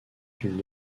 une